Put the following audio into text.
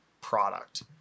product